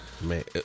Man